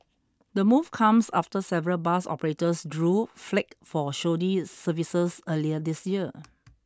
the move comes after several bus operators drew flak for shoddy services earlier this year